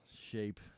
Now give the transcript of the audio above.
shape